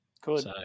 Good